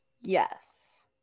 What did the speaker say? Yes